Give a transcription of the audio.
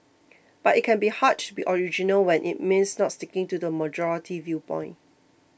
but it can be hard to be original when it means not sticking to the majority viewpoint